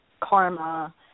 karma